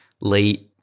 late –